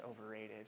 overrated